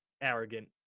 arrogant